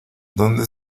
dónde